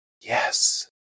Yes